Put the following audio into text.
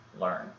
learn